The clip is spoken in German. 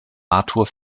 artur